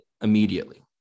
immediately